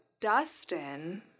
Dustin